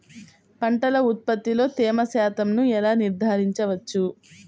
పంటల ఉత్పత్తిలో తేమ శాతంను ఎలా నిర్ధారించవచ్చు?